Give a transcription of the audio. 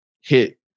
hit